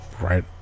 right